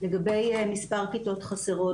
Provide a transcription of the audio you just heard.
לגבי מספר כיתות חסרות,